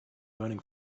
burning